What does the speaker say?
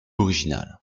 original